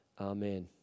Amen